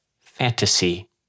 fantasy